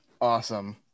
Awesome